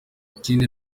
ikindi